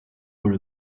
were